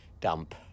dump